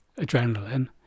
adrenaline